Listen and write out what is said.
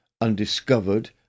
Undiscovered